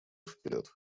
вперед